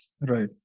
Right